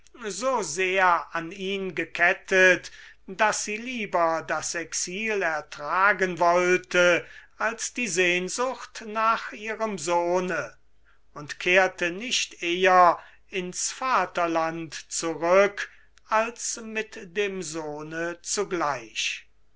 so sehr an ihn gekettet daß sie lieber das exil ertragen wollte als die sehnsucht und kehrte nicht eher in's vaterland zurück als mit dem sohne zugleich